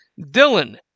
Dylan